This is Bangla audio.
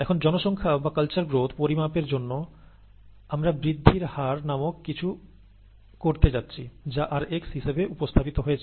এখন জনসংখ্যা বা কালচার গ্রোথ পরিমাপের জন্য আমরা বৃদ্ধির হার নামক কিছু করতে যাচ্ছি যা rx হিসেবে উপস্থাপিত হয়েছে